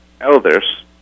elders